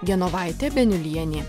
genovaitė beniulienė